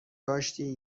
داشتی